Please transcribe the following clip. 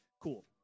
Cool